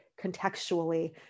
contextually